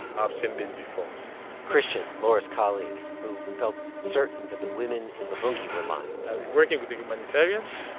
i've seen this before christian, laura's colleague, who felt certain that the women in luvungi were lying i've been working with the humanitarians.